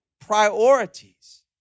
priorities